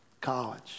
College